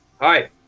Hi